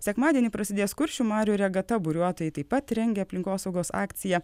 sekmadienį prasidės kuršių marių regata buriuotojai taip pat rengia aplinkosaugos akciją